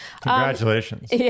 congratulations